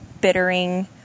bittering